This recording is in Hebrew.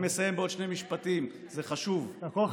" תודה,